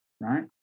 right